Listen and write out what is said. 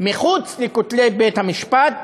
מחוץ לכותלי בית-המשפט,